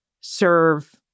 serve